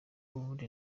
ubundi